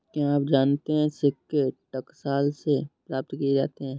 क्या आप जानते है सिक्के टकसाल से प्राप्त किए जाते हैं